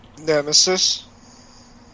Nemesis